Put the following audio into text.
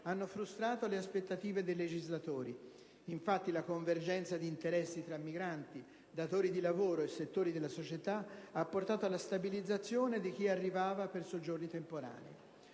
hanno frustrato le aspettative dei legislatori. Infatti, la convergenza di interessi tra migranti, datori di lavoro e settori della società ha portato alla stabilizzazione di chi arrivava per soggiorni temporanei.